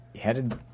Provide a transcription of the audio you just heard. headed